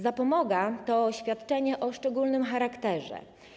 Zapomoga jest świadczeniem o szczególnym charakterze.